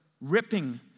ripping